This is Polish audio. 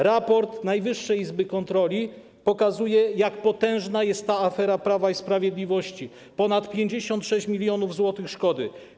Raport Najwyższej Izby Kontroli pokazuje, jak potężna jest ta afera Prawa i Sprawiedliwości - ponad 56 mln zł szkody.